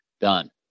done